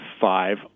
five